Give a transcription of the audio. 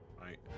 right